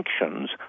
sanctions